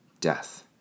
Death